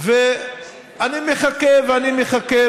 ואני מחכה ואני מחכה,